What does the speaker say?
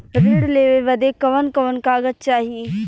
ऋण लेवे बदे कवन कवन कागज चाही?